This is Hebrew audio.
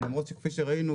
למרות שכפי שראינו,